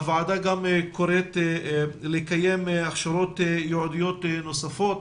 הוועדה גם קוראת לקיים הכשרות ייעודיות נוספות.